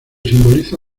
simboliza